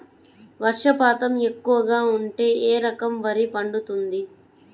వర్షపాతం ఎక్కువగా ఉంటే ఏ రకం వరి పండుతుంది?